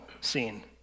scene